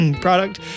Product